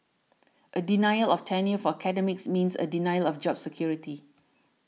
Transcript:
a denial of tenure for academics means a denial of job security